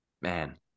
Man